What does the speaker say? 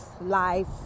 life